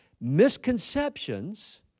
misconceptions